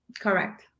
Correct